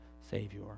Savior